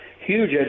huge